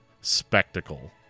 spectacle